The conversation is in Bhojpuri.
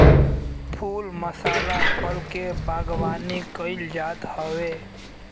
फूल मसाला फल के बागवानी कईल जात हवे